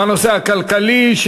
בנושא הכלכלי,